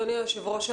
אדוני היושב-ראש,